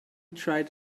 tried